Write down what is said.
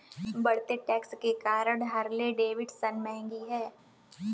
बढ़ते टैक्स के कारण हार्ले डेविडसन महंगी हैं